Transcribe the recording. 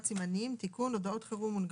סימנים) (תיקון - הודעות חירום מונגשות),